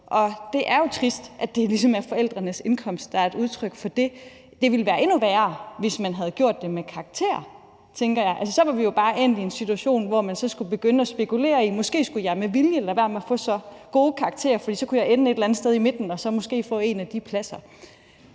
det er jo trist, at det ligesom er forældrenes indkomst, der er et udtryk for det. Det ville have været endnu værre, hvis man havde gjort det med karakterer, tænker jeg. Altså, så var vi jo bare endt i en situation, hvor man så skulle begynde at spekulere i, om man så måske med vilje skulle lade være med at få så gode karakterer, for så kunne jeg ende et eller andet sted i midten og så måske få en af de pladser.